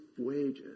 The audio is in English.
wages